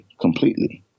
completely